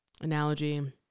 analogy